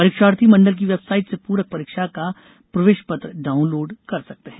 परीक्षार्थी मंडल की वेबसाइट से पूरक परीक्षा का प्रवेश पत्र डाउनलोड कर सकते हैं